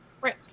Right